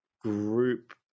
group